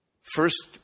First